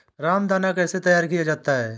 रामदाना कैसे तैयार किया जाता है?